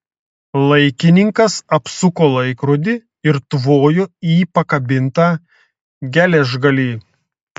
laikininkas apsuko laikrodį ir tvojo į pakabintą geležgalį